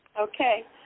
Okay